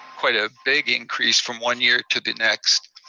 quite a big increase from one year to the next.